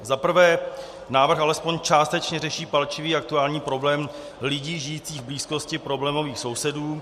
Za prvé, návrh alespoň částečně řeší palčivý aktuální problém lidí žijících v blízkosti problémových sousedů.